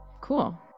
cool